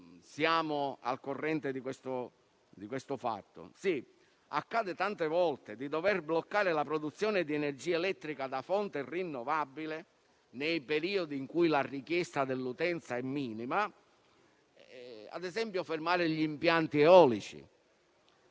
siamo al corrente di questo fatto. Accade tante volte di dover bloccare la produzione di energia elettrica da fonte rinnovabile, nei periodi in cui la richiesta dell'utenza è minima; ad esempio accade di dover fermare gli impianti eolici